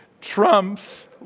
trumps